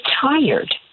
tired